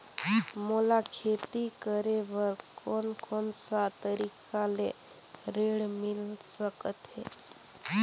मोला खेती करे बर कोन कोन सा तरीका ले ऋण मिल सकथे?